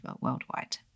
worldwide